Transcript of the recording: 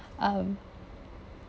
um